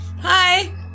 Hi